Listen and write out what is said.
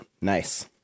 Nice